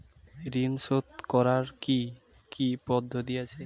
ঋন শোধ করার কি কি পদ্ধতি আছে?